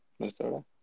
Minnesota